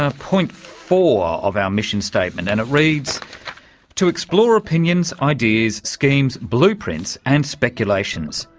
ah point four of our mission statement, and it reads to explore opinions, ideas, schemes, blueprints and speculations,